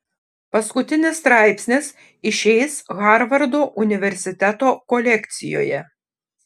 paskutinis straipsnis išeis harvardo universiteto kolekcijoje